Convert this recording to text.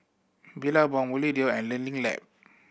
Billabong Bluedio and Learning Lab